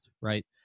right